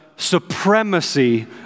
supremacy